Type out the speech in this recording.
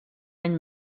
any